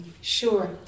Sure